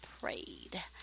prayed